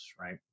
right